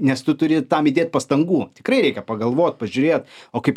nes tu turi tam įdėt pastangų tikrai reikia pagalvot pažiūrėt o kaip